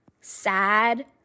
sad